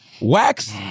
Wax